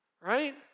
right